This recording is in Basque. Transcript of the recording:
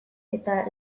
eta